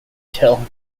till